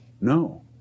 No